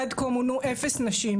עד כה מונו אפס נשים,